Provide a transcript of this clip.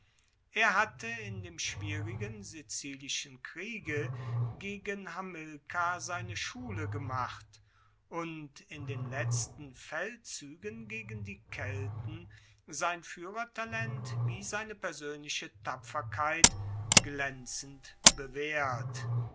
er hatte in dem schwierigen sizilischen kriege gegen hamilkar seine schule gemacht und in den letzten feldzuegen gegen die kelten sein fuehrertalent wie seine persoenliche tapferkeit glaenzend bewaehrt